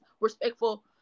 respectful